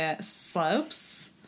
slopes